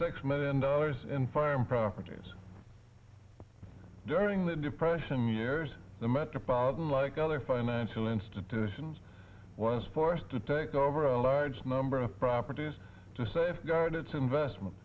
six million dollars in farm properties during the depression years the metropolitan like other financial institutions was forced to take over a large number of properties to safeguard its investment